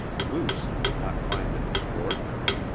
luce did not find it extraordinary.